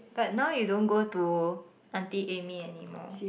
but now you don't go to auntie Amy anymore